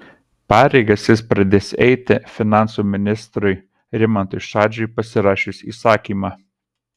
pareigas jis pradės eiti finansų ministrui rimantui šadžiui pasirašius įsakymą